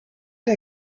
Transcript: der